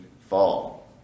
fall